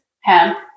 hemp